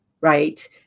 right